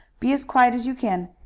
be as quiet as you can.